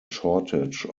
shortage